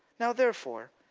now therefore,